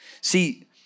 See